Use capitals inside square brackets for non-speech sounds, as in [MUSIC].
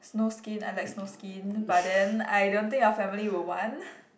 snow skin I like snow skin but then I don't think your family would want [BREATH]